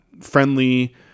friendly